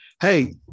Hey